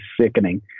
sickening